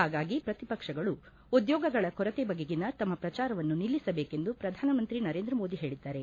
ಹಾಗಾಗಿ ಪ್ರತಿಪಕ್ಷಗಳು ಉದ್ಯೋಗಗಳ ಕೊರತೆ ಬಗೆಗಿನ ತಮ್ಮ ಪ್ರಚಾರವನ್ನು ನಿಲ್ಲಿಸಬೇಕೆಂದು ಪ್ರಧಾನಮಂತ್ರಿ ನರೇಂದ್ರ ಮೋದಿ ಹೇಳಿದ್ದಾರೆ